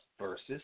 versus